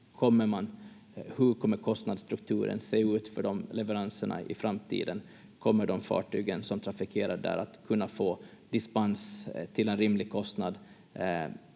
över hur kostnadsstrukturen kommer se ut för de leveranserna i framtiden. Kommer fartygen som trafikerar där att kunna få dispens till en rimlig kostnad